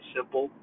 Simple